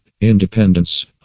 Independence